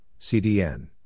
CDN